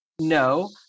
No